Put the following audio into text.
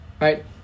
right